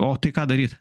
o tai ką daryt